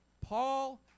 Paul